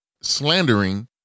slandering